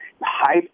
high